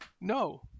no